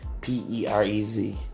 p-e-r-e-z